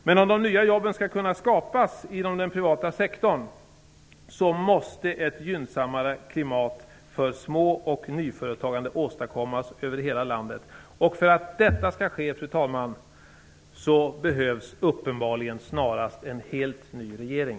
Men om de nya jobben skall kunna skapas i den privata sektorn måste ett gynnsammare klimat för små och nyföretagande åstadkommas över hela landet. För att detta skall ske, fru talman, behövs uppenbarligen snarast en ny regering.